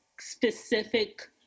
specific